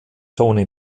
tony